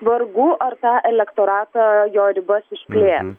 vargu ar tą elektoratą jo ribas išplės